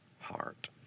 heart